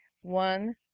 One